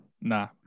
nah